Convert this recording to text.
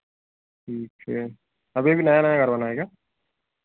ठीक है अभी अभी नया नया घर बना है क्या